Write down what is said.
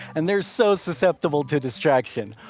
and they're so susceptible to distraction.